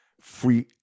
free